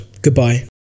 Goodbye